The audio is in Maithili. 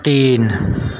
तीन